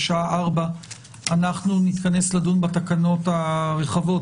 בשעה ארבע אנחנו נתכנס לדון בתקנות הרחבות,